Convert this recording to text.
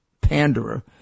panderer